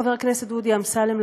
חבר הכנסת דודי אמסלם,